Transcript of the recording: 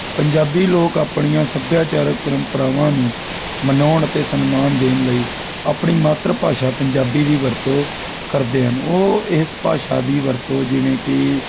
ਪੰਜਾਬੀ ਲੋਕ ਆਪਣੀਆਂ ਸੱਭਿਆਚਾਰਕ ਪਰੰਪਰਾਵਾਂ ਨੂੰ ਮਨਾਉਣ ਅਤੇ ਸਨਮਾਨ ਦੇਣ ਲਈ ਆਪਣੀ ਮਾਤਰ ਭਾਸ਼ਾ ਪੰਜਾਬੀ ਦੀ ਵਰਤੋਂ ਕਰਦੇ ਹਨ ਉਹ ਇਸ ਭਾਸ਼ਾ ਦੀ ਵਰਤੋਂ ਜਿਵੇਂ ਕਿ